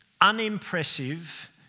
unimpressive